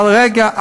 אבל, רגע,